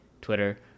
Twitter